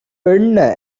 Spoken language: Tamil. எண்ண